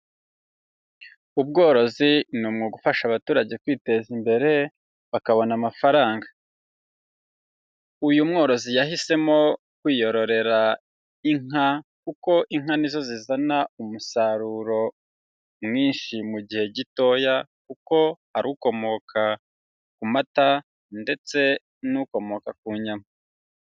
Ubworozi ni ugufasha abaturage kwiteza imbere bakabona amafaranga. Uyu mworozi yahisemo kwiyororera inka kuko inka ni zo zizana umusaruro mwinshi mu gihe gitoya kuko ari ukomoka ku mata ndetse n'ukomoka ku nyama.